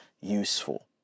Useful